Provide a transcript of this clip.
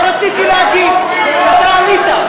לא רציתי להגיב כשאתה עלית,